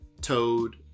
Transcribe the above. Toad